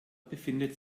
befindet